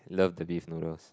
love the beef noodles